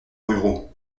ruraux